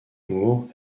moore